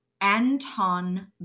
Anton